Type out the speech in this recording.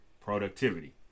productivity